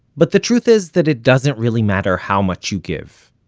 but the truth is that it doesn't really matter how much you give.